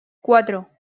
cuatro